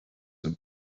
and